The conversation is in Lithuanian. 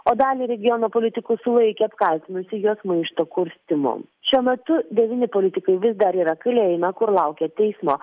o dalį regiono politikų sulaikė apkaltinusi juos maišto kurstymu šiuo metu devyni politikai vis dar yra kalėjime kur laukia teismo